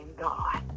God